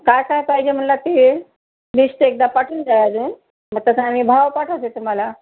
काय काय पाहिजे म्हणलात ते लिस्ट एकदा पाठवून द्या अजून मग तसं आम्ही भाव पाठवते तुम्हाला